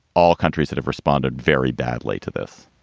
all countries that have responded very badly to this